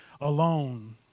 alone